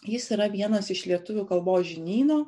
jis yra vienas iš lietuvių kalbos žinyno